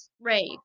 rape